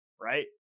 Right